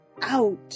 out